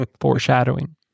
Foreshadowing